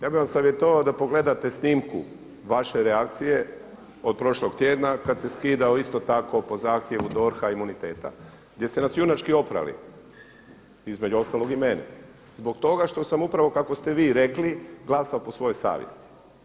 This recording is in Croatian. Ja bih vam savjetovao da pogledate snimku vaše reakcije od prošlog tjedna kada se skidao isto tako po zahtjevu DORH-a imunitet gdje ste nas junački oprali, između ostalog i mene zbog toga što sam upravo kako ste vi rekli glasao po svojoj savjesti.